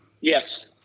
Yes